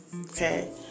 okay